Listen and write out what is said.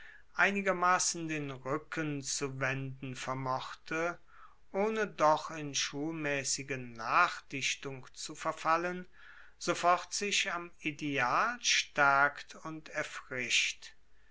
einigermassen den ruecken zu wenden vermochte ohne doch in schulmaessige nachdichtung zu verfallen sofort sich am ideal staerkt und erfrischt